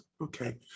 okay